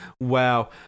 Wow